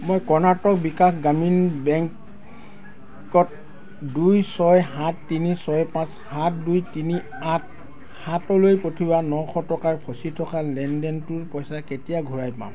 মই কৰ্ণাটক বিকাশ গ্ৰামীণ বেংকত দুই ছয় সাত তিনি ছয় পাঁচ সাত দুই তিনি আঠ সাতলৈ পঠিওৱা নশ টকাৰ ফচি থকা লেনদেনটোৰ পইচা কেতিয়া ঘূৰাই পাম